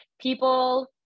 people